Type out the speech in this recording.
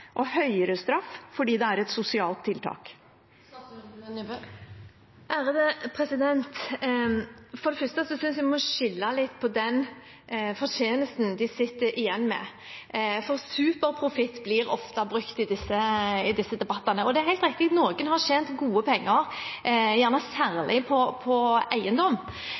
og høyere straff fordi det er et sosialt tiltak. For det første synes jeg man må skille litt på den fortjenesten de sitter igjen med. Ordet «superprofitt» blir ofte brukt i disse debattene. Det er helt riktig at noen har tjent gode penger, gjerne særlig på eiendom. Som jeg var inne på